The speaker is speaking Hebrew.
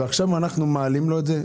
ועכשיו אנחנו מעלים לו את המס על זה.